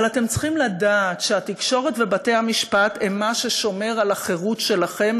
אבל אתם צריכים לדעת שהתקשורת ובתי-המשפט הם מה ששומר על החירות שלכם,